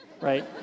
right